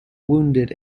wounded